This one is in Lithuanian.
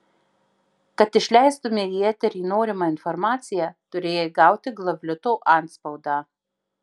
kad išleistumei į eterį norimą informaciją turėjai gauti glavlito antspaudą